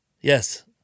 Yes